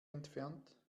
entfernt